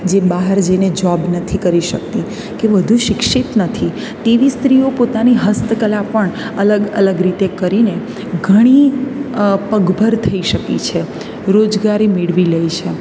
જે બહાર જઈને જોબ નથી કરી શકતી કે વધુ શિક્ષિત નથી તેવી સ્ત્રીઓ પોતાની હસ્તકલા પણ અલગ અલગ રીતે કરીને ઘણી પગભર થઈ શકી છે રોજગારી મેળવી લે છે